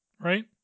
Right